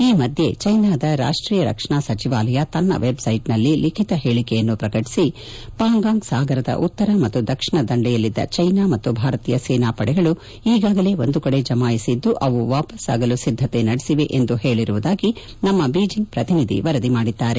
ಈ ಮಧ್ಯೆ ಚೈನಾದ ರಾಷ್ಟೀಯ ರಕ್ಷಣಾ ಸಚಿವಾಲಯ ತನ್ನ ವೆಬ್ಸ್ಟೆಟ್ನಲ್ಲಿ ಲಿಖಿತ ಹೇಳಿಕೆಯನ್ನು ಪ್ರಕಟಿಸಿ ಪಾಂಗಾಂಗ್ ಸಾಗರದ ಉತ್ತರ ಮತ್ತು ದಕ್ಷಿಣ ದಂಡೆಯಲ್ಲಿದ್ದ ಚೈನಾ ಮತ್ತು ಭಾರತೀಯ ಸೇನಾ ಪಡೆಗಳು ಈಗಾಗಲೇ ಒಂದು ಕಡೆ ಜಮಾಯಿಸಿದ್ದು ಅವು ವಾಪಸ್ವಾಗಲು ಸಿದ್ದತೆ ನಡೆಸಿವೆ ಎಂದು ಹೇಳಿರುವುದಾಗಿ ನಮ್ಮ ಬೀಜಿಂಗ್ ಪ್ರತಿನಿಧಿ ವರದಿ ಮಾಡಿದ್ದಾರೆ